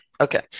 okay